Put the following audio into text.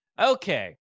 Okay